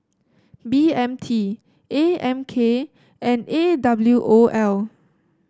B M T A M K and A W O L